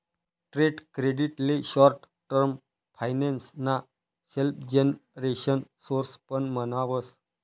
trade credit ले short term finance ना self generation source पण म्हणावस